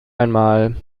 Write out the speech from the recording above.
einmal